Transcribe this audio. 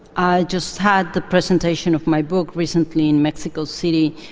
i just had the presentation of my book recently in mexico city,